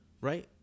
Right